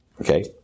Okay